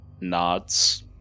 nods